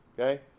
okay